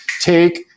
take